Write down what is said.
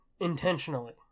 intentionally